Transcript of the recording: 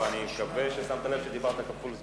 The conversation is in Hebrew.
ואני מקווה ששמת לב שדיברת זמן כפול.